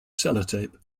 sellotape